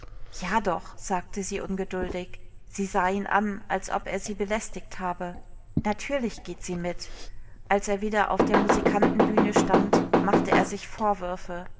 ja doch sagte sie ungeduldig sie sah ihn an als ob er sie belästigt habe natürlich geht sie mit als er wieder auf der musikantenbühne stand machte er sich vorwürfe